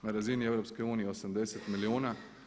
Na razini EU 80 milijuna.